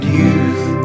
youth